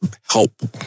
help